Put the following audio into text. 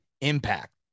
impact